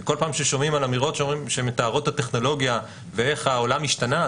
ובכל פעם כששומעים על אמירות שמתארות את הטכנולוגיה ואיך העולם השתנה,